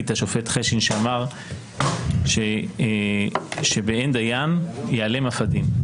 את השופט חשין שאמר שבאין דיין ייעלם אף הדין.